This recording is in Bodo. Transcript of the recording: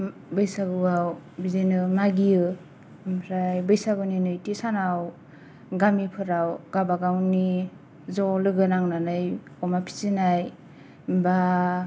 बैसागुआव बिदिनो मागियो ओमफ्राय बैसागुनि नैथि सानाव गामिफोराव गावबा गावनि ज' लोगो नांनानै अमा फिसिनाय बा